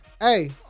Hey